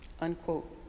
Unquote